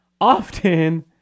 often